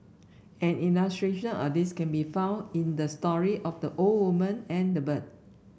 an illustration of this can be found in the story of the old woman and the bird